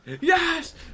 Yes